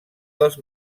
dels